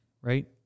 Right